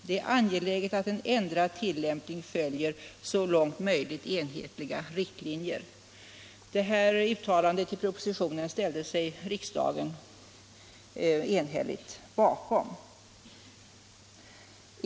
Det är angeläget att en ändrad tillämpning följer så långt möjligt enhetliga riktlinjer.” Det här uttalandet i propositionen ställde sig riksdagen bakom.